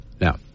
Now